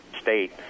state